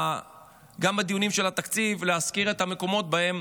גם בדיונים של התקציב, להזכיר את המקומות שבהם